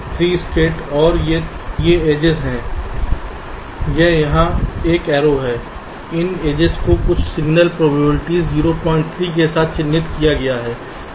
3 state हैं और ये एजस हैं यह यहां एक एरो है इन एजस को कुछ सिग्नल प्रोबेबिलिटी 03 के साथ चिह्नित किया गया है